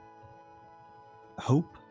Hope